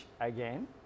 again